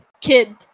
kid